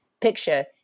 picture